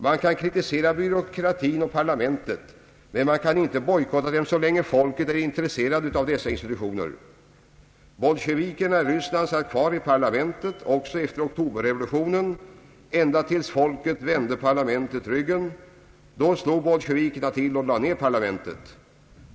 Man kan kritisera byråkratin och parlamentet, men man kan inte bojkotta dem så länge folket är intresserat utav dessa institutioner. Bolsjevikerna i Ryssland satt kvar i parlamentet också efter oktoberrevolutionen ända tills folket vände parlamentet ryggen, då slog bolsjevikerna till och la ned parlamentet.